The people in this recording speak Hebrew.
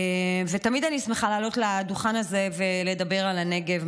תמיד אני שמחה לעלות לדוכן הזה ולדבר על הנגב,